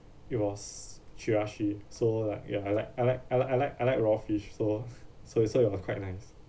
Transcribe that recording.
it was chirashi so like ya I like I like I like I like I like raw fish so so so it was quite nice